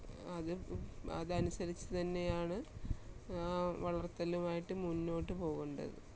ആദ്യം അതനുസരിച്ച് തന്നെയാണ് ആ വളർത്തലുമായിട്ട് മുന്നോട്ടുപോകേണ്ടത്